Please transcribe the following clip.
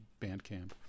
Bandcamp